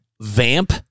Vamp